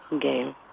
game